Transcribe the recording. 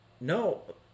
No